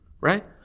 right